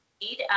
need